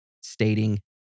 stating